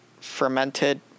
fermented